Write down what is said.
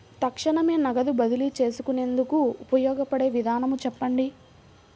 తక్షణమే నగదు బదిలీ చేసుకునేందుకు ఉపయోగపడే విధానము చెప్పండి?